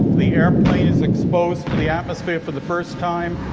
the airplane is exposed to the atmosphere for the first time.